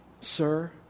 sir